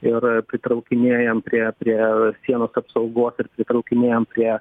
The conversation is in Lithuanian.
ir pritraukinėjam prie prie sienos apsaugos ir pritraukinėjam prie